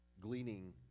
Gleaning